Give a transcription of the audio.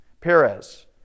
Perez